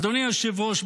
אדוני היושב-ראש,